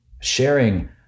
sharing